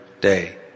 day